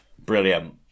Brilliant